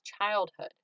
childhood